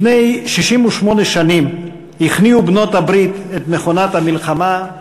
לפני 68 שנים הכניעו בעלות-הברית את מכונת המלחמה,